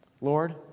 Lord